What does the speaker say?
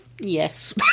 yes